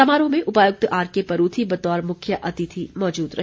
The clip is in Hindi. समारोह में उपायुक्त आरके परूथी बतौर मुख्य अतिथि मौजूद रहे